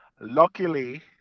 luckily